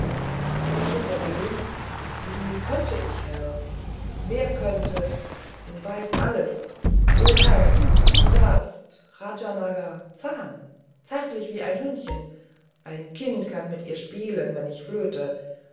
dich hintergehen wie könnt ich herr wer könnte weißt alles o herr du sahst rajanaga zahm zärtlich wie ein hündchen ein kind kann mit ihr spielen wenn ich flöte